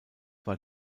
war